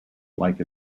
like